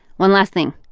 one last thing.